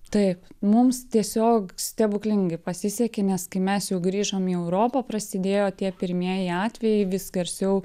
taip mums tiesiog stebuklingai pasisekė nes kai mes jau grįžom į europą prasidėjo tie pirmieji atvejai vis garsiau